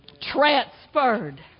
transferred